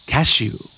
Cashew